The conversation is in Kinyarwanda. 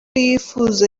yifuza